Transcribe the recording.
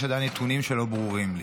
יש עדיין נתונים שלא ברורים לי.